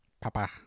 Papa